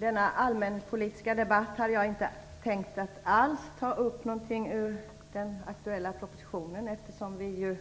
Herr talman! Jag hade inte tänkt ta upp någonting ur den aktuella propositionen i denna allmänpolitiska debatt, eftersom vi